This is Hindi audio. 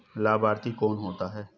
लाभार्थी कौन होता है?